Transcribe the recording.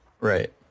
Right